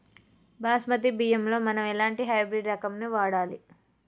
బాస్మతి బియ్యంలో మనం ఎలాంటి హైబ్రిడ్ రకం ని వాడాలి?